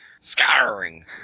Scouring